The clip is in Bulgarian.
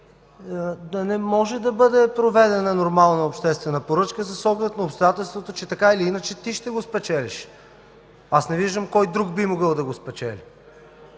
да не може да бъде проведена нормална обществена поръчка, защото по обстоятелства така или иначе ти ще го спечелиш. Аз не виждам кой друг би могъл да го спечели.